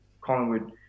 Collingwood